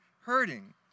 hurting